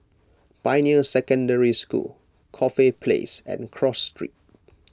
Pioneer Secondary School Corfe Place and Cross Street